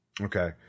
Okay